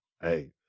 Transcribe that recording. Hey